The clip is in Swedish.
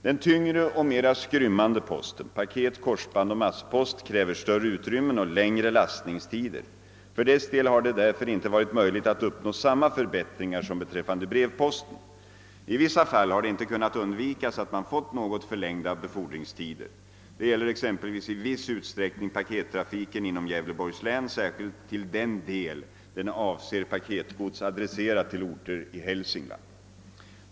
Den tyngre och mera skrymmande posten — paket, korsband och masspost — kräver större utrymmen och längre lastningstider. För dess del har det därför inte varit möjligt att uppnå samma förbättringar som beträffande brevposten. I vissa fall har det inte kunnat undvikas att man fått något förlängda befordringstider. Det gäller exempelvis i viss utsträckning pakettrafiken inom Gävleborgs län, särskilt till den del den avser paketgods adresserat till orter i Hälsingland.